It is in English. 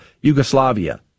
Yugoslavia